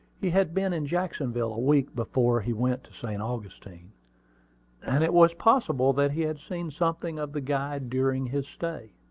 he had been in jacksonville a week before he went to st. augustine and it was possible that he had seen something of the guide during his stay.